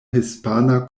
hispana